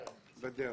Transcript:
הוא בדרך.